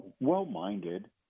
well-minded